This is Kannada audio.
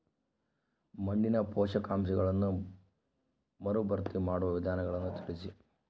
ಮಣ್ಣಿನ ಪೋಷಕಾಂಶಗಳನ್ನು ಮರುಭರ್ತಿ ಮಾಡುವ ವಿಧಾನಗಳನ್ನು ತಿಳಿಸಿ?